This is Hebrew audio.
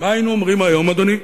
מה היינו אומרים היום, אדוני?